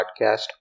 Podcast